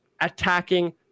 attacking